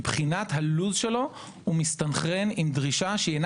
מבחינת הלו"ז שלו מסתנכרן עם דרישה שאינה